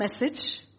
message